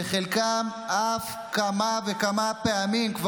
וחלקם כבר נקראו למילואים אף כמה וכמה פעמים.